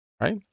right